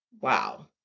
Wow